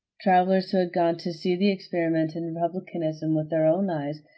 travelers, who had gone to see the experiment in republicanism with their own eyes,